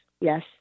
yes